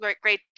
great